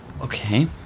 Okay